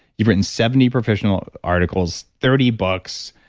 you've written seventy professional articles thirty bucks.